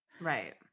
Right